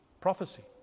prophecy